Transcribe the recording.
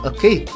Okay